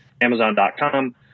amazon.com